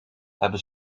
hebben